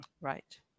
Right